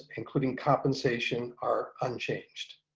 including compensation, are unchanged.